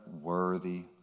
worthy